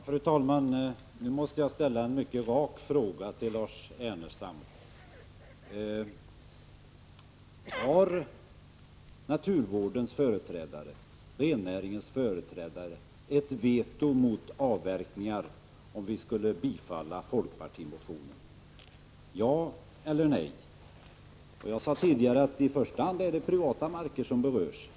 Fru talman! Nu måste jag ställa en mycket rak fråga till Lars Ernestam. Har naturvårdens företrädare, rennäringens företrädare, rätt att lägga ett veto mot avverkningar om vi skulle bifalla folkpartimotionen? Svara ja eller nej. Jag sade tidigare att det i första hand är privata marker som berörs.